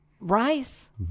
Rice